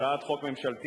הצעת חוק מ/541.